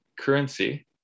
currency